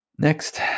Next